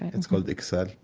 it's called iksal